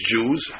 Jews